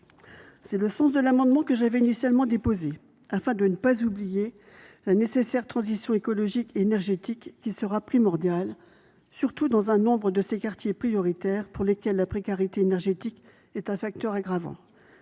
C’est le sens de l’amendement que j’avais initialement déposé. Son objet était de ne pas oublier la nécessaire transition écologique et énergétique, qui sera primordiale, surtout dans nombre de ces quartiers prioritaires, où la précarité énergétique est un facteur aggravant.